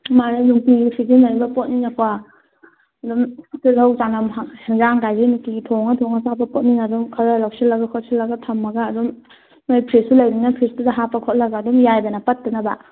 ꯃꯥꯟꯅꯦ ꯅꯨꯡꯇꯤꯒꯤ ꯁꯤꯖꯤꯟꯅꯔꯤꯕ ꯄꯣꯠꯅꯤꯅꯀꯣ ꯑꯗꯨꯝ ꯇꯤꯜꯍꯧ ꯆꯅꯝ ꯑꯦꯟꯁꯥꯡ ꯀꯥꯏꯁꯤ ꯅꯨꯡꯇꯤꯒꯤ ꯊꯣꯡꯉ ꯊꯣꯡꯉ ꯆꯥꯕ ꯄꯣꯠꯅꯤꯅ ꯑꯗꯨꯝ ꯈꯔ ꯂꯧꯁꯤꯜꯂꯒ ꯈꯣꯠꯂꯒ ꯊꯝꯃꯒ ꯑꯗꯨꯝ ꯅꯣꯏ ꯐ꯭ꯔꯤꯗꯁꯁꯨ ꯂꯩꯕꯅꯤꯅ ꯐ꯭ꯔꯤꯗꯁꯇꯨꯗ ꯍꯥꯞꯄ ꯈꯣꯠꯂꯒ ꯑꯗꯨꯝ ꯌꯥꯏꯗꯅ ꯄꯠꯇꯅꯕ